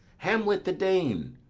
hamlet the dane.